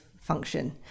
function